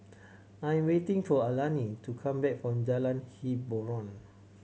I'm waiting for Alani to come back from Jalan Hiboran